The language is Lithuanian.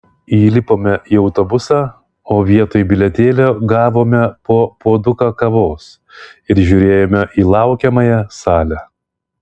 įlipome į autobusą o vietoj bilietėlio gavome po puoduką kavos ir žiūrėjome į laukiamąją salę